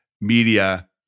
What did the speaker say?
media